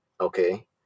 Okay